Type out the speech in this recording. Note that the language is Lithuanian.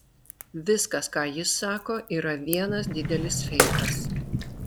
viskas ką jis sako yra vienas didelis feikas